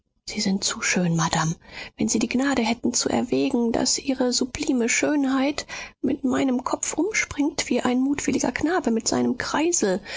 sie sind zu schön madame wenn sie die gnade hätten zu erwägen daß ihre sublime schönheit mit meinem kopf umspringt wie ein mutwilliger knabe mit seinem kreisel